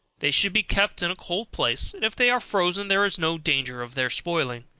they should be kept in a cold place, and if they are frozen there is no danger of their spoiling,